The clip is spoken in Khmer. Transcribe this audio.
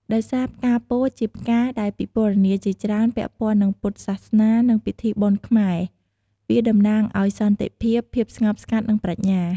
ដោយសារផ្កាពោធិ៍ជាផ្កាដែលពិពណ៌នាច្រើនពាក់ព័ន្ធនឹងពុទ្ធសាសនា និងពិធីបុណ្យខ្មែរ វាតំណាងឱ្យ សន្តិភាព ភាពស្ងប់ស្ងាត់ និងប្រាជ្ញា។